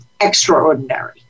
extraordinary